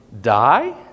die